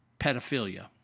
pedophilia